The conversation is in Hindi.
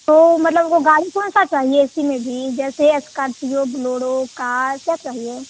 तो मतलब वो गाड़ी कौन सी चाहिए ए सी में भी जैसे स्कार्पियो बोलोरो कार क्या चाहिए